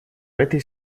этой